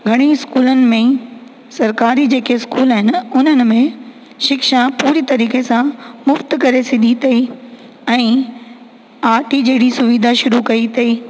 घणे स्कूलनि में सरकारी जेके स्कूल आहिनि उन्हनि में शिक्षा पूरी तरीक़े सां मुफ़्त करे छॾी अथई ऐं आरटी जहिड़ी सुविधा शरू कई अथई